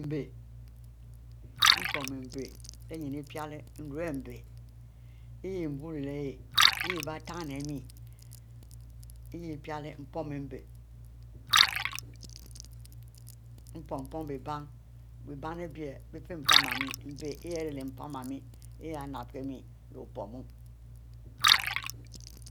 Mbe mie mponn mbelyine ipiele nruie mbe ihieh bule ihieh, ari bie ten mie, ihieh pile mie mpom mpom mbe mpom, bie bann, biebannie ari bifieh mpan mie, mpan ami ehieh nap kie meih opomu